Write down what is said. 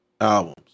albums